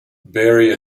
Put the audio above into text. berea